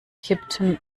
kippten